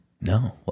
No